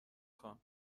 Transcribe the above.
خوام